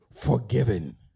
forgiven